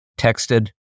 texted